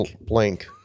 Blank